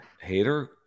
hater